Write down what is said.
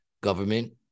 government